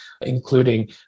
including